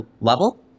level